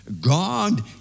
God